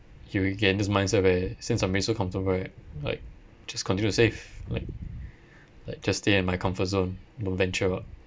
you will get this mindset where since I'm already so comfortable right like just continue to save like like just stay in my comfort zone don't venture out